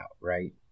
right